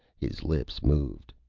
his lips moved.